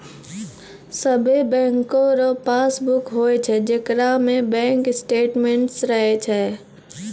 सभे बैंको रो पासबुक होय छै जेकरा में बैंक स्टेटमेंट्स रहै छै